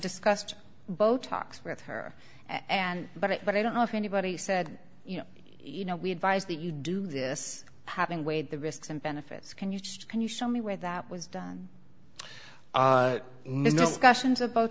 discussed botox with her and but it but i don't know if anybody said you know you know we advise that you do this having weighed the risks and benefits can you just can you show me where that was done no questions